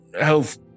health